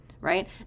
right